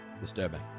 disturbing